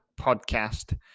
podcast